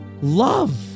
love